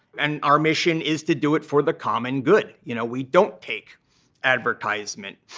and our mission is to do it for the common good. you know, we don't take advertisement.